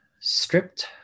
stripped